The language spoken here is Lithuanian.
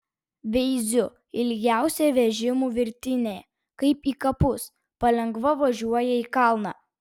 veiziu ilgiausia vežimų virtinė kaip į kapus palengva važiuoja į kalną